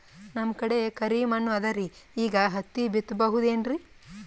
ನಮ್ ಕಡೆ ಕರಿ ಮಣ್ಣು ಅದರಿ, ಈಗ ಹತ್ತಿ ಬಿತ್ತಬಹುದು ಏನ್ರೀ?